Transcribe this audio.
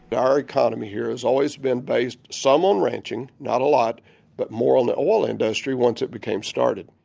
and our economy here has always has been based some on ranching, not a lot but more on the oil industry once it became started.